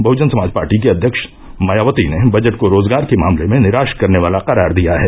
Bahujan Samaj Party की अध्यक्ष मायावती ने बजट को रोजगार के मामले में निराश करने वाला करार दिया है